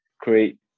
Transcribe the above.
create